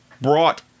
brought